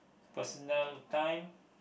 personal time